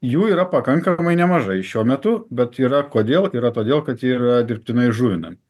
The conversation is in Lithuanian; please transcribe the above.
jų yra pakankamai nemažai šiuo metu bet yra kodėl yra todėl kad yra dirbtinai žuvinami